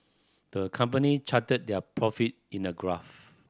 the company charted their profit in a graph